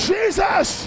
Jesus